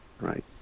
Right